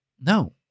no